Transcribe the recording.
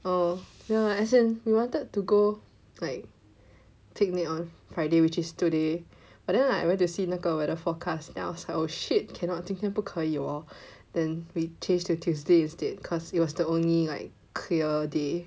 oh ya as in we wanted to go like picnic on Rriday which is today but then I went to see 那个 weather forecast then I was like oh shit cannot 今天不可以哦 then we change to Tuesday instead because it was the only like clear day